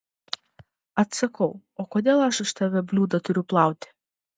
atsakau o kodėl aš už tave bliūdą turiu plauti